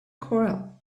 corral